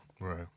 Right